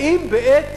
האם בעת